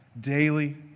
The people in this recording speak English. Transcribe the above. daily